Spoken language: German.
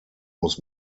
muss